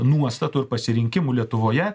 nuostatų ir pasirinkimų lietuvoje